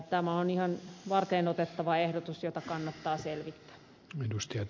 tämä on ihan varteenotettava ehdotus jota kannattaa selvittää